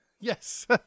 Yes